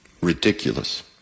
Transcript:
Ridiculous